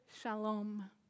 shalom